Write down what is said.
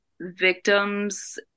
victims